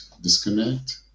disconnect